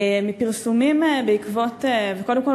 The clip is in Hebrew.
קודם כול,